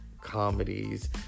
Comedies